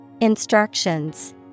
Instructions